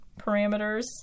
parameters